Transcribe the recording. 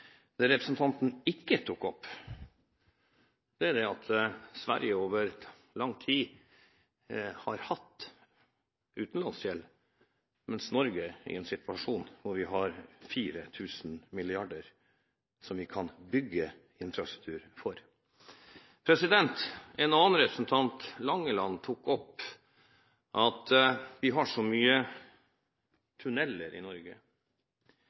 Det representanten ikke tok opp, er at Sverige over lang tid har hatt utenlandsgjeld, mens Norge er i en situasjon der vi har 4 000 mrd. kr vi kan bygge infrastruktur for. Representanten Langeland tok opp at vi har så mye tunneler i Norge.